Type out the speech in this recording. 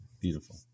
beautiful